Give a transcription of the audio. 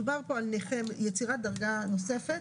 מדובר על יצירת דרגה נוספת,